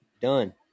Done